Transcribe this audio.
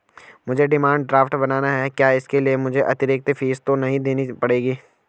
मुझे demand draft बनाना है क्या इसके लिए मुझे अतिरिक्त फीस तो नहीं देनी पड़ेगी?